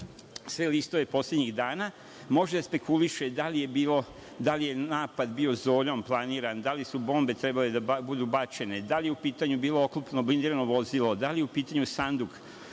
sve listove poslednjih dana, može da spekuliše da li je bio napad zoljom planiran, da li bombe trebale da budu bačene, da li je u pitanju bilo oklopno blindirano vozilo, da li je u pitanju sanduk,